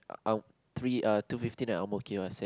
uh three uh two fifteen at Ang-Mo-Kio I said